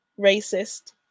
racist